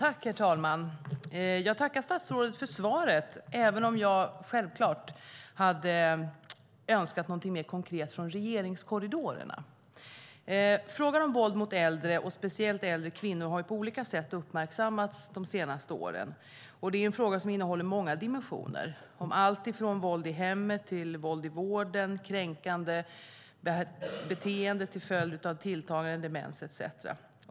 Herr talman! Jag tackar statsrådet för svaret även om jag självklart hade önskat någonting mer konkret från regeringskorridorerna. Frågan om våld mot äldre och speciellt äldre kvinnor har på olika sätt uppmärksammats de senaste åren. Det är en fråga som innehåller många dimensioner, allt från våld i hemmet till våld i vården och kränkande beteende till följd av tilltagande demens etcetera.